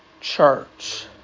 church